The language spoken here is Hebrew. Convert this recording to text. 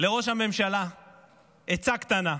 לראש הממשלה עצה קטנה: